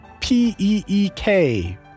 P-E-E-K